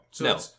No